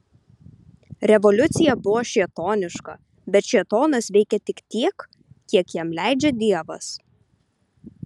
revoliucija buvo šėtoniška bet šėtonas veikia tik tiek kiek jam leidžia dievas